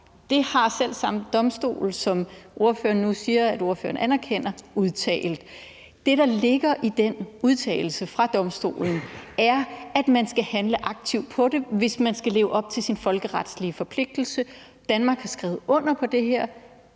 Det har selv samme domstol, som ordføreren nu siger at ordføreren anerkender, udtalt. Det, der ligger i den udtalelse fra domstolen, er, at man skal handle aktivt på det, hvis man skal leve op til sine folkeretlige forpligtelse. Danmark har skrevet under på det her,